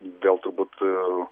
dėl turbūt